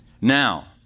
Now